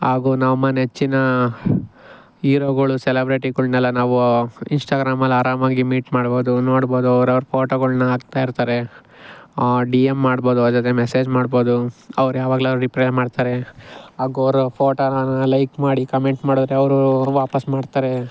ಹಾಗೂ ನಮ್ಮ ನೆಚ್ಚಿನ ಹೀರೋಗಳು ಸೆಲಬ್ರೆಟಿಗಳ್ನೆಲ್ಲ ನಾವು ಇನ್ಷ್ಟಾಗ್ರಾಮಲ್ಲಿ ಆರಾಮಾಗಿ ಮೀಟ್ ಮಾಡ್ಬೊದು ನೋಡ್ಬೊದು ಅವ್ರವ್ರ ಫೋಟೋಗಳ್ನ ಹಾಕ್ತಾಯಿರ್ತಾರೆ ಡಿ ಎಮ್ ಮಾಡ್ಬೊದು ಅದು ಅಲ್ಲದೆ ಮೆಸೇಜ್ ಮಾಡ್ಬೊದು ಅವ್ರು ಯಾವಾಗಲಾರು ರಿಪ್ರೆ ಮಾಡ್ತಾರೆ ಹಾಗು ಅವರ ಫೋಟೋನ ಲೈಕ್ ಮಾಡಿ ಕಮೆಂಟ್ ಮಾಡಿದ್ರೆ ಅವರೂ ವಾಪಾಸ್ ಮಾಡ್ತಾರೆ